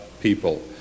people